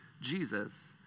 Jesus